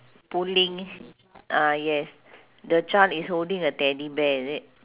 pulling ah yes the child is holding a teddy bear is it